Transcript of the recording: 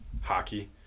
hockey